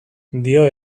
dio